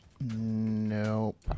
Nope